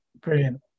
brilliant